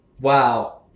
Wow